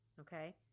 Okay